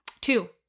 Two